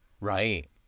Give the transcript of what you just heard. Right